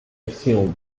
assumed